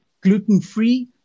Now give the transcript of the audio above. gluten-free